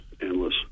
endless